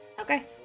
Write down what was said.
Okay